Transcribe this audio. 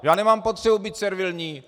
Já nemám potřebu být servilní.